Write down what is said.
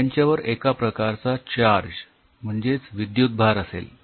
त्यांच्यावर एका प्रकारचा चार्ज म्हणजेच विद्युतभार असेल